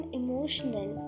emotional